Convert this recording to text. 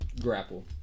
grapple